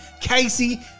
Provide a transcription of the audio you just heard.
Casey